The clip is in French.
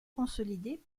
consolidé